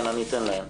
אני אאפשר להם.